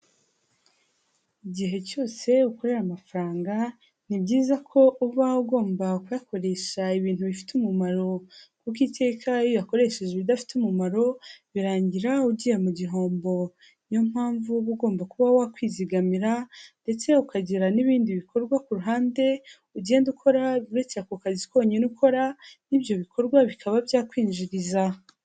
Igihe cyose ukorera amafaranga, ni byiza ko uba ugomba kuyakoresha ibintu bifite umumaro, kuko iteka iyo uyakoresheje ibidafite umumaro birangira ugiye mu gihombo, ni yo mpamvu uba ugomba kuba wakwizigamira ndetse ukagira n'ibindi bikorwa ku ruhande ugenda ukora uretse ako kazi konyine ukora, n'ibyo bikorwa bikaba byakwinjiriza.